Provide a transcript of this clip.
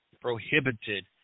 prohibited